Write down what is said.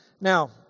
Now